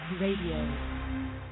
radio